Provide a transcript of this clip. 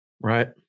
Right